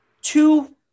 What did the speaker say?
two